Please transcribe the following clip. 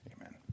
Amen